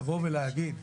לבוא ולהגיד,